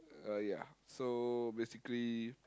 uh ya so basically